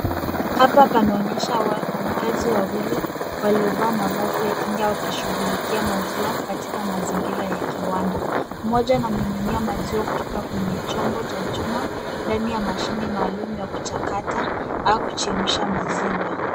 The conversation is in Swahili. Hapa panaonyesha wafanyikazi wa wawili waliovaa mavazi ya kinga wakishughulikia maziwa katika mazingira ya kiwanda. Mmoja anamiminia maziwa kutoka kwenye chombo cha chuma ndani ya mashine maalum ya kuchakata au kuchemsha maziwa.